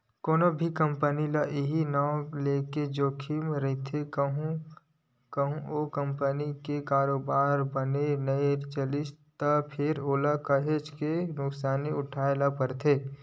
कोनो भी कंपनी ल इहीं नांव लेके जोखिम रहिथे कहूँ ओ कंपनी के कारोबार बने नइ चलिस त फेर ओला काहेच के नुकसानी उठाय ल परथे